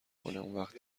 اونوقت